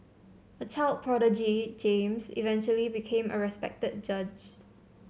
a child prodigy James eventually became a respected judge